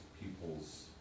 people's